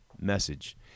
message